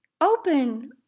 open